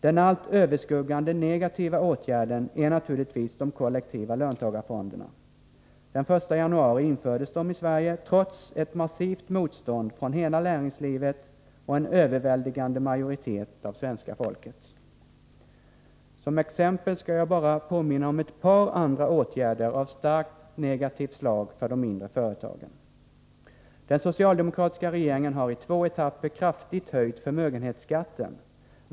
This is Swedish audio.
Den allt överskuggande negativa åtgärden är naturligtvis de kollektiva löntagarfonderna. Den 1 januari infördes dessa i Sverige trots ett massivt motstånd från hela näringslivet och en överväldigande majoritet av svenska folket. Som exempel skall jag bara påminna om ett par andra åtgärder av starkt negativt slag för de mindre företagen: Den socialdemokratiska regeringen har i två etapper kraftigt höjt förmögenhetsskatten.